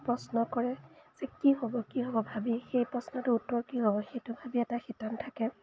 প্ৰশ্ন কৰে যে কি হ'ব কি হ'ব ভাবি সেই প্ৰশ্নটো উত্তৰ কি হ'ব সেইটো ভাবি এটা শিতান থাকে